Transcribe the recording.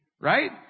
Right